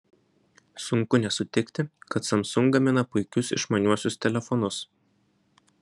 sunku nesutikti kad samsung gamina puikius išmaniuosius telefonus